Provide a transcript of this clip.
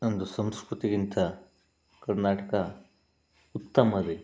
ಒಂದು ಸಂಸ್ಕೃತಿಗಿಂತ ಕರ್ನಾಟಕ ಉತ್ತಮವೇ